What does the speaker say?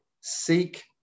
Seek